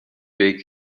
peak